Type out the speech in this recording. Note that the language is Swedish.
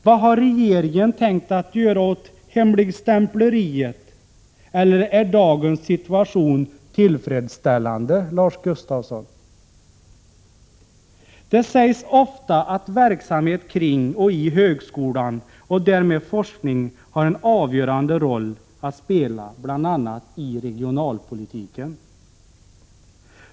Vad har regeringen tänkt att göra åt hemligstämpleriet? Eller är dagens situation tillfredsställande, Lars Gustafsson? Det sägs ofta att verksamhet kring och i högskolan och därmed forskning har en avgörande roll att spela bl.a. i regionalpolitiken.